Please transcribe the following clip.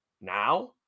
now